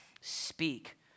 speak